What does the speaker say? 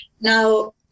Now